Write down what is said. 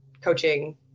coaching